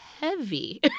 Heavy